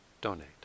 donate